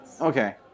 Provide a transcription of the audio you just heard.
Okay